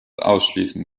ausschließen